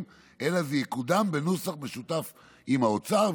אלא שזה יקודם בנוסח משותף עם האוצר,